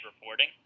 reporting